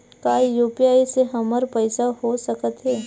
का यू.पी.आई से हमर पईसा हो सकत हे?